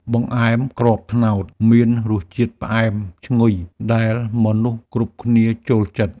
បង្អែមគ្រាប់ត្នោត មានរសជាតិផ្អែមឈ្ងុយដែលមនុស្សគ្រប់គ្នាចូលចិត្ត។